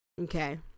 Okay